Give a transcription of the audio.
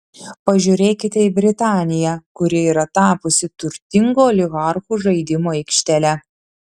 pažiūrėkite į britaniją kuri yra tapusi turtingų oligarchų žaidimo aikštele